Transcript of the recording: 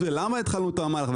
למה התחלנו את המהלך,